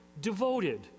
devoted